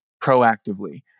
proactively